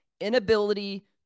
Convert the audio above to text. Inability